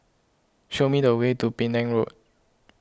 show me the way to Penang Road